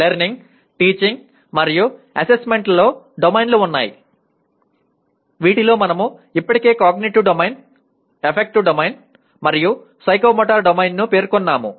learning teaching మరియు అసెస్మెంట్లో డొమైన్లు ఉన్నాయి వీటిలో మనము ఇప్పటికే కాగ్నిటివ్ డొమైన్ ఎఫెక్టివ్ డొమైన్ మరియు సైకోమోటర్ డొమైన్ను పేర్కొన్నాము